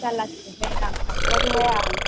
जाल्लासो मोनबाय आं हाथाराखै आं